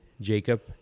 Jacob